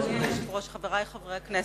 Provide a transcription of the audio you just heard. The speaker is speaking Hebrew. אדוני היושב-ראש, חברי חברי הכנסת,